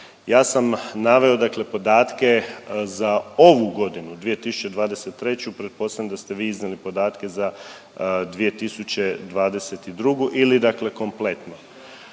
Ja sam naveo dakle podatke za ovu godinu 2023., pretpostavljam da ste vi iznijeli podatke za 2022. ili dakle kompletno.